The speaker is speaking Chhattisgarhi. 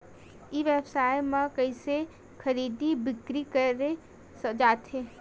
ई व्यापार म कइसे खरीदी बिक्री करे जाथे?